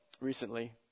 recently